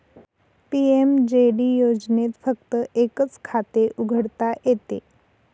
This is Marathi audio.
पी.एम.जे.डी योजनेत फक्त एकच खाते उघडता येते